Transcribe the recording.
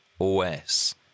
OS